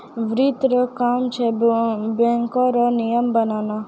वित्त रो काम छै बैको रो नियम बनाना